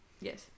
Yes